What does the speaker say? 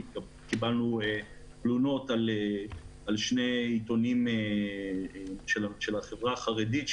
קיבלנו תלונות על שני עיתונים של החברה החרדית,